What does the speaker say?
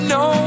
no